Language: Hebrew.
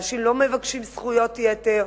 אנשים לא מבקשים זכויות יתר,